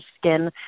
skin